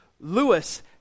Lewis